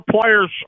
players